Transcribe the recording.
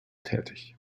tätig